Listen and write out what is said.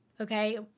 okay